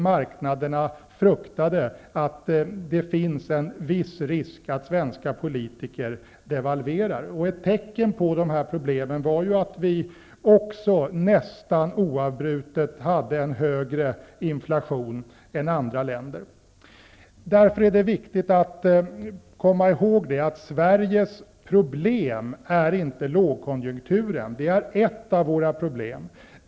Marknaderna fruktade risken att svenska politiker skulle fatta beslut om devalvering. Ett tecken på dessa problem var att Sverige nästan oavbrutet hade en högre inflation än andra länder. Det är därför viktigt att komma ihåg att Sveriges problem inte är lågkonjunkturen. Lågkonjunkturen är ett av problemen.